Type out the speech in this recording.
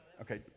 Okay